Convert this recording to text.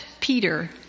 Peter